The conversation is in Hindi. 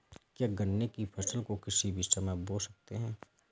क्या गन्ने की फसल को किसी भी समय बो सकते हैं?